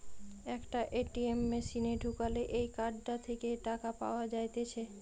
একটা এ.টি.এম মেশিনে ঢুকালে এই কার্ডটা থেকে টাকা পাওয়া যাইতেছে